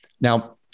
Now